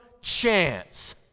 chance